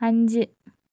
അഞ്ച്